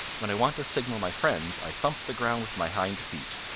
when i want to signal my friends i thump the ground with my hind feet.